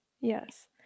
Yes